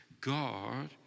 God